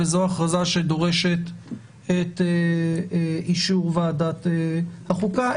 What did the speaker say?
וזו הכרזה שדורשת את אישור ועדת החוקה,